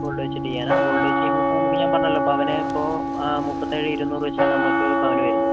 gold വെച്ചിട്ട് ചെയ്യാനാണോ gold വെച്ച് ചെയ്യുമ്പോൾ നമുക്ക് ഞാൻ പറഞ്ഞല്ലൊ പവന് ഇപ്പോൾ മുപ്പത്തി ഏഴ് ഇരുന്നൂറ് വെച്ചാണ് നമുക്ക് പവന് വരുന്നത്